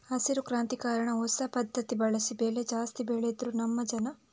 ಹಸಿರು ಕ್ರಾಂತಿ ಕಾರಣ ಹೊಸ ಪದ್ಧತಿ ಬಳಸಿ ಬೆಳೆ ಜಾಸ್ತಿ ಬೆಳೆದ್ರು ನಮ್ಮ ಜನ